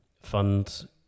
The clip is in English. fund